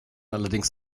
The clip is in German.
allerdings